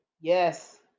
Yes